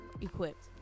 equipped